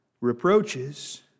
Reproaches